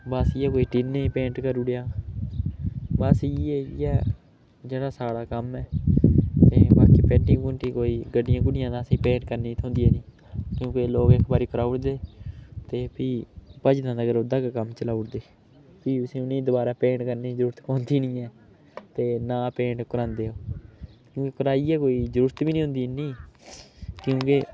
बस इ'यै कोई टीनें गी पेंट करी ओड़ेआ बस इ'यै इ'यै जेह्ड़ा सारा कम्म ऐ ते बाकी पेंटिग पुंटिग होई गड्डियें गुड्डियें दा असेंगी पेंट करने गी पेंट असेंगी थ्होंदियां नी क्योंकि लोक इक बारी कराई ओड़दे ते फ्ही भज्जने तगर ओह्दे ने कम्म चला ओड़दे फ्ही उसी उ'नें दबारा पेंट करने दी जरूरत पौंदी नी ऐ ते ना पेंट करोआंदे ओह् क्योंकि कराइयै कोई जरूरत बी नी होंदी इन्नी क्योंकि